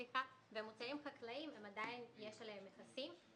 מוצרים חקלאיים, עדיין יש עליהם מכסים.